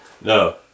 No